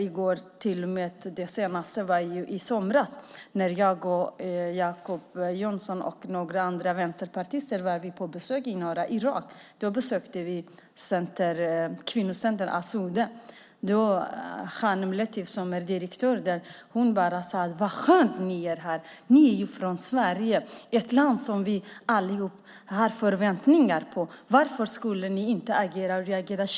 I somras var jag, Jacob Johnson och några andra vänsterpartister på besök i norra Irak. Vi besökte kvinnocentret Asuda. Khanim Latif som är direktör sade: Vad skönt att ni är här. Ni är från Sverige, ett land som vi allihop har förväntningar på. Varför skulle ni inte agera och reagera?